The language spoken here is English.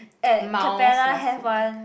mild spicy